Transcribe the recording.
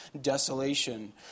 desolation